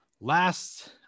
last